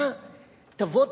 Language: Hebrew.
תבוא,